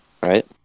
right